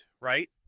right